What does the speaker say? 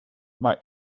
maar